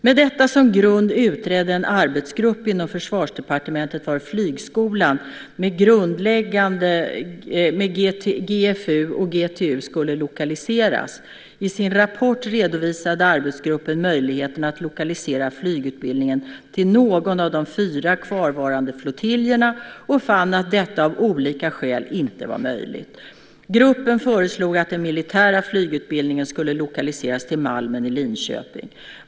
Med detta som grund utredde en arbetsgrupp inom Försvarsdepartementet var flygskolan med GFU och GTU skulle lokaliseras. I sin rapport redovisade arbetsgruppen möjligheterna att lokalisera flygutbildningen till någon av de fyra kvarvarande flottiljerna och fann att detta av olika skäl inte var möjligt. Gruppen föreslog att den militära flygutbildningen skulle lokaliseras till Malmen i Linköping.